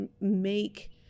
make